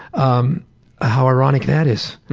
um how ironic that is,